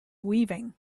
weaving